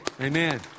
amen